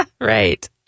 Right